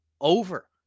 over